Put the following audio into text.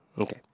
Okay